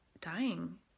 dying